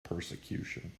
persecution